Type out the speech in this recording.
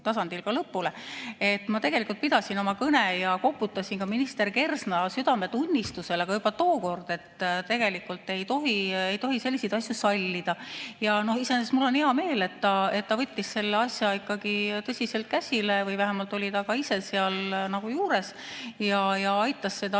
Ma tegelikult pidasin oma kõne ja koputasin ka minister Kersna südametunnistusele ja juba tookord ütlesin, et tegelikult ei tohi selliseid asju sallida. Iseenesest mul on hea meel, et ta võttis selle asja ikkagi tõsiselt käsile või vähemalt oli ka ise seal juures, ta aitas seda asja